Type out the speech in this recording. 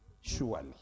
Surely